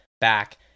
back